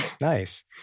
Nice